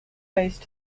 based